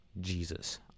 Jesus